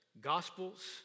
gospels